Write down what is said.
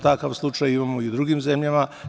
Takav slučaj imamo i u drugim zemljama.